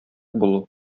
булу